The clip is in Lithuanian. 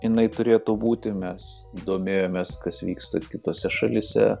jinai turėtų būti mes domėjomės kas vyksta ir kitose šalyse